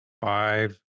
five